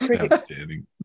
Outstanding